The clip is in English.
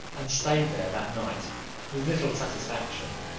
and staid there that night with little satisfaction,